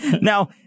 Now